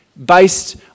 based